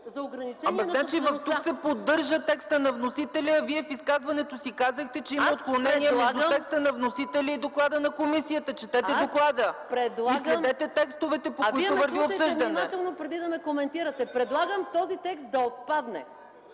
ЦАЧЕВА: Тук се поддържа текстът на вносителя, а Вие в изказването си казахте, че има отклонения между текста на вносителя и доклада на комисията. Четете доклада и следете текстовете, по които върви обсъждането! МАЯ МАНОЛОВА: Вие ме слушайте внимателно преди да коментирате. (Реплики от ГЕРБ.) Предлагам този текст да отпадне,